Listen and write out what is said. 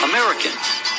Americans